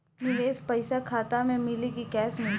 निवेश पइसा खाता में मिली कि कैश मिली?